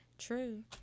True